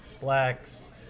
blacks